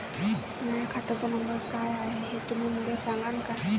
माह्या खात्याचा नंबर काय हाय हे तुम्ही मले सागांन का?